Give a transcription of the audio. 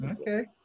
Okay